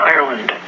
Ireland